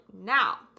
now